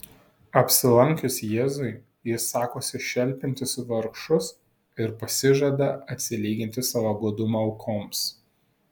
apsilankius jėzui jis sakosi šelpiantis vargšus ir pasižada atsilyginti savo godumo aukoms